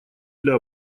для